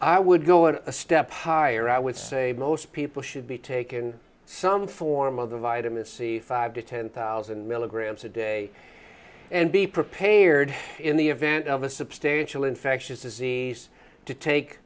i would go one step higher i would say most people should be taken some form of vitamin c five to ten thousand milligrams a day and be prepared in the event of a substantial infectious disease to take